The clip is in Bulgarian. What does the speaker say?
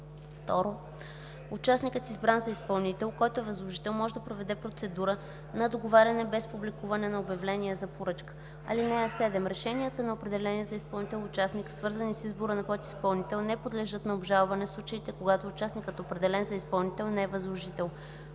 2. участникът, избран за изпълнител, който е възложител може да проведе процедура на договаряне без публикуване на обявление за поръчка. (7) Решенията на определения за изпълнител участник, свързани с избора на подизпълнител, не подлежат на обжалване в случаите, когато участникът, определен за изпълнител, не е възложител.